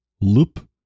loop